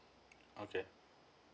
okay